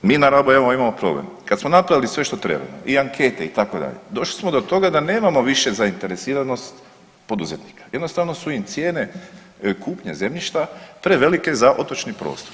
Mi na Rabu imamo problem, kad smo napravili sve što treba i ankete, itd., došli smo do toga da nemamo više zainteresiranost poduzetnika, jednostavno su im cijene kupnje zemljišta prevelike za otočni prostor.